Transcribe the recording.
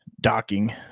docking